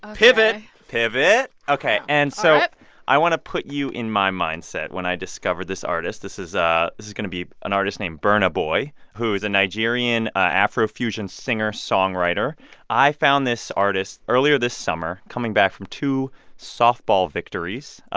pivot, pivot. ok all right and so i want to put you in my mindset when i discovered this artist. this is ah this is going to be an artist named burna boy, who is a nigerian afro-fusion singer-songwriter. i found this artist earlier this summer coming back from two softball victories. ah